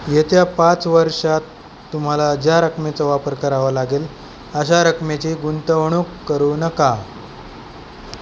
येेत्या पाच वर्षात तुम्हाला ज्या रकमेचा वापर करावा लागेल अशा रकमेची गुंतवणूक करू नका